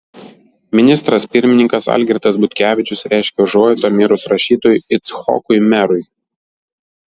ministras pirmininkas algirdas butkevičius reiškia užuojautą mirus rašytojui icchokui merui